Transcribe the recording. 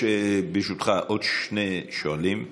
ברשותך, יש עוד שני שואלים.